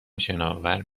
شناور